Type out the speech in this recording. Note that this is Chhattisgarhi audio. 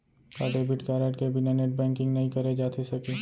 का डेबिट कारड के बिना नेट बैंकिंग नई करे जाथे सके?